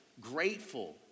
grateful